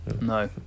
no